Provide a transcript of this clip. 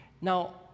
Now